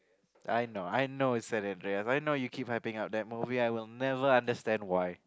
I know I know it but I know you keep hyping up that movie I will never understand why